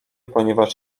ponieważ